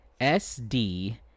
SD